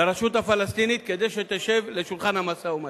לרשות הפלסטינית, כדי שתשב לשולחן המשא-ומתן?